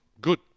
Good